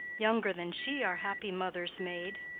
younger than she are happy mothers made.